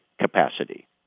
capacity